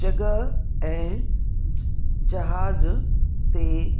जॻहि ऐं ज जहाज ते